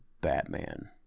Batman